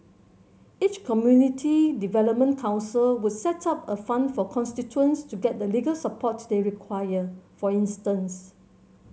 each community development council would set up a fund for constituents to get the legal support they require for instance